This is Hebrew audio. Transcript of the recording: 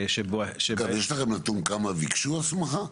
יש לכם נתון כמה ביקשו הסמכה?